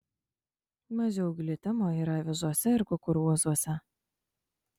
mažiau glitimo yra avižose ir kukurūzuose